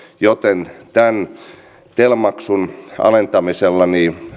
joten tälle tel maksun alentamiselle